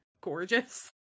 gorgeous